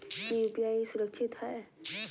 की यू.पी.आई सुरक्षित है?